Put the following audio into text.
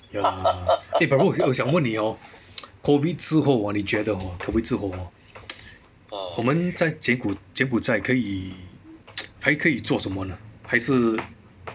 ya eh but bro 我想问你 orh COVID 之后 hor 你觉得 hor COVID 之后 hor 我们在柬埔寨可以 还可以做真么呢还是